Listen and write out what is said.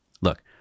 Look